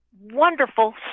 wonderful